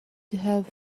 have